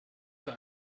für